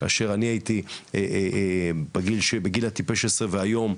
כאשר אני הייתי בגיל הטיפש עשרה והיום,